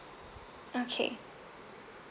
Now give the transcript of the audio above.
okay